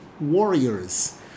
warriors